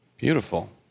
Beautiful